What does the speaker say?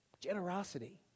generosity